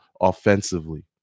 offensively